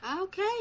Okay